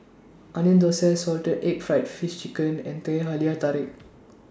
Onion Thosai Salted Egg Fried Fish Chiken and Teh Halia Tarik